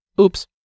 oops